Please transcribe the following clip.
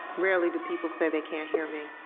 rarely do people say they can't hear me.